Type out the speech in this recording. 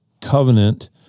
covenant